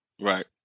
right